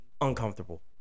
uncomfortable